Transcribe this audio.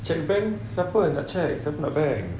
check bank siapa nak check siapa nak bank